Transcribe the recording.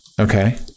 Okay